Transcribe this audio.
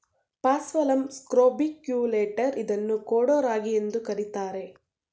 paspalum scrobiculatum ಇದನ್ನು ಕೊಡೋ ರಾಗಿ ಎಂದು ಕರಿತಾರೆ